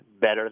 better